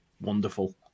wonderful